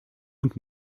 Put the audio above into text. und